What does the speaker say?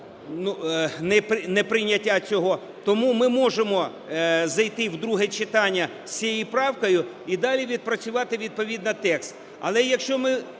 Тому ми можемо зайти в друге читання з цією правкою і далі відпрацювати відповідно текст.